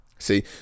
See